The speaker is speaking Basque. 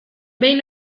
behin